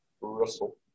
Russell